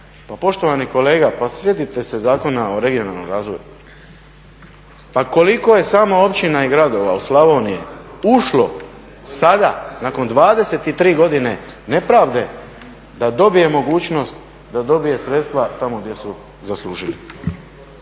pa poštovani kolega pa sjetite se Zakona o regionalnom razvoju. Pa koliko je samo općina i gradova u Slavoniji ušlo sada nakon 23 godine nepravde da dobije mogućnost, da dobije sredstva tamo gdje su zaslužili.